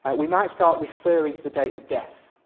and we might start referring to the date of death.